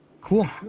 Cool